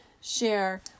share